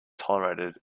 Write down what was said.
tolerated